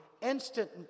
instant